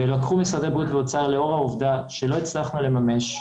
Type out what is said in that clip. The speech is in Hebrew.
לאור העובדה שלא הצלחנו לממש,